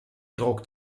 druck